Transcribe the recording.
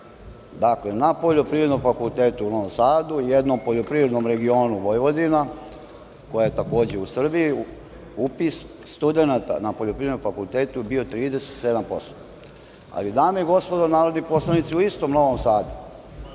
Dakle, na poljoprivrednom fakultetu u Novom Sadu jednom poljoprivrednom regionu Vojvodine, koja je takođe u Srbiji, upis studenata na Poljoprivrednom fakultetu je bio 37%.Dame i gospodo narodni poslanici, u istom Novom Sadu